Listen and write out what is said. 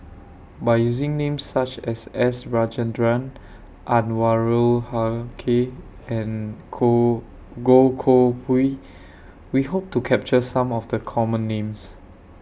By using Names such as S Rajendran Anwarul Haque and KohnGoh Koh Pui We Hope to capture Some of The Common Names